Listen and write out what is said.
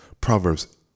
Proverbs